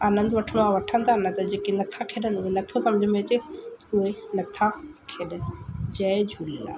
आनंदु वठिणो आहे वठनि था न त जेके नथा खेॾनि उहो नथो सम्झ में अचे उहे नथा खेॾनि जय झूलेलाल